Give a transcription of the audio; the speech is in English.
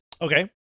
Okay